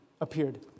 appeared